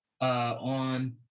on